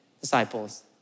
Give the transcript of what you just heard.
disciples